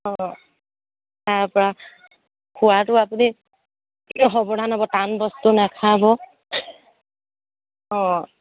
অঁ তাৰপৰা খোৱাটো আপুনি সাৱধান হ'ব টান বস্তু নেখাব অঁ